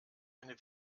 eine